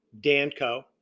danco